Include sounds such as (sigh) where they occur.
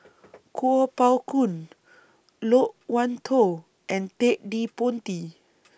(noise) Kuo Pao Kun Loke Wan Tho and Ted De Ponti